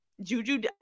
Juju